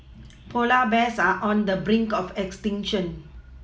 polar bears are on the brink of extinction